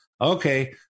Okay